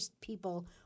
people